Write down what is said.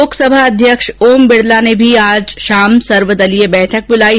लोकसभा अध्यक्ष ओम बिरला ने भी आज शाम सर्वदलीय बैठक बुलाई है